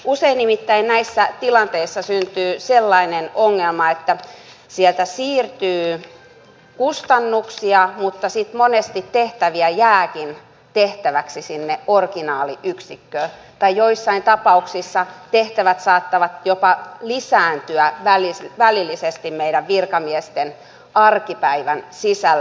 usein nimittäin näissä tilanteissa syntyy sellainen ongelma että sieltä siirtyy kustannuksia mutta sitten monesti tehtäviä jääkin tehtäväksi sinne originaaliyksikköön tai joissain tapauksissa tehtävät saattavat jopa lisääntyä välillisesti meidän virkamiesten arkipäivän sisällä